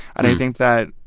and i think that,